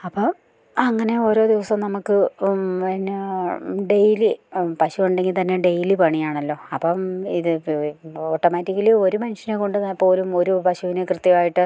അപ്പോൾ അങ്ങനെ ഓരോ ദിവസവും നമുക്ക് എന്നാ ഡെയ്ലി പശു ഉണ്ടെങ്കിൽ തന്നെ ഡെയ്ലി പണിയാണല്ലോ അപ്പം ഇതിപ്പുപയോഗിക്കുമ്പോൾ ഓട്ടോമാറ്റിക്കലി ഒരു മനുഷ്യനെ കൊണ്ട് പോലും ഒരു പശുവിനെ കൃത്യമായിട്ട്